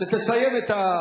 ותסיים את,